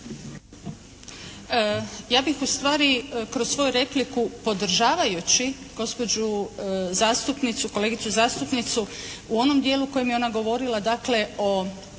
Ja bih ustvari kroz svoju repliku podržavajući gospođu zastupnicu, kolegicu zastupnicu u onom dijelu u kojem je ona govorila dakle o